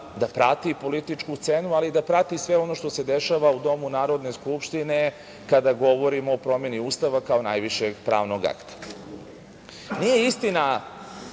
da prati političku scenu, ali i da prati sve ono što se dešava u domu Narodne skupštine kada govorimo o promeni Ustava kao najvišeg pravnog akta. Nije